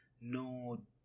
no